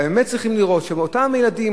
צריכים לראות שאותם ילדים,